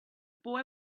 boy